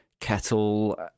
Kettle